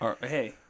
Hey